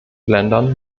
ländern